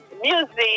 music